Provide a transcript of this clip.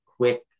quick